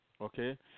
okay